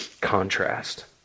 Contrast